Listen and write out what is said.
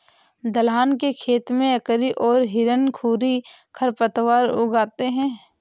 दलहन के खेत में अकरी और हिरणखूरी खरपतवार उग आते हैं